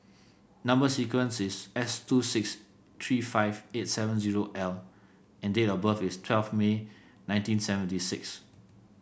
number sequence is S two six three five eight seven zero L and date of birth is twelve May nineteen seventy six